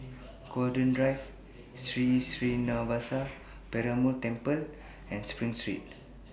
Golden Drive Sri Srinivasa Perumal Temple and SPRING Street